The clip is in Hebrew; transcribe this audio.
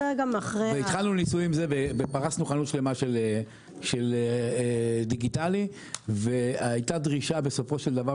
ופרסנו חנות שלמה של דיגיטלי והייתה דרישה בסופו של דבר